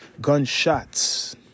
Gunshots